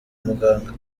muganga